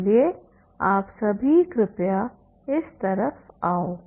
इसलिए आप सभी कृपया इस तरफ आओ